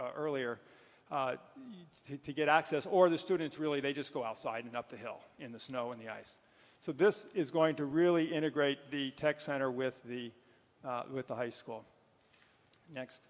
earlier to get access or the students really they just go outside and up the hill in the snow in the eyes so this is going to really integrate the tech center with the with the high school